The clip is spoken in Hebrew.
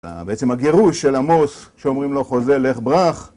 בעצם הגירוש של עמוס, שאומרים לו חוזה לך ברח...